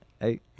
Hey